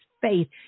faith